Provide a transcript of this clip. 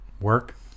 work